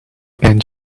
and